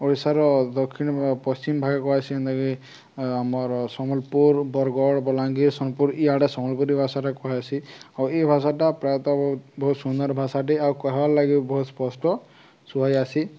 ଓଡ଼ିଶାର ଦକ୍ଷିଣ ପଶ୍ଚିମ ଭାଷା କୁହା ଯାଇସି ଯେନ୍ତାକି ଆମର ସମ୍ବଲପୁର ବରଗଡ଼ ବଲାଙ୍ଗୀର ସୋନପୁର ଇଆଡ଼େ ସମ୍ବଲପୁରୀ ଭାଷାଟା କୁହାହେସି ଆଉ ଏଇ ଭାଷାଟା ପ୍ରାୟତଃ ବହୁତ ସୁନ୍ଦର ଭାଷାଟି ଆଉ କହିବାର୍ ଲାଗି ବହୁତ ସ୍ପଷ୍ଟ ଶୁଣା ଯାଇସି